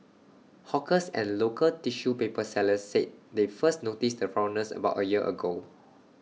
hawkers and local tissue paper sellers said they first noticed the foreigners about A year ago